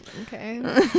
okay